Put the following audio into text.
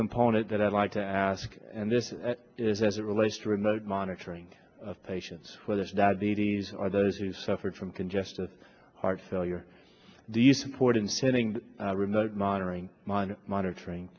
component that i'd like to ask and this is as it relates to remote monitoring of patients for this diabetes are those who suffered from congestive heart failure do you support in setting remote monitoring mine monitoring